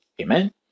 Amen